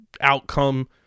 outcome